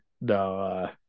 No